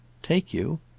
take you?